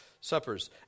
suppers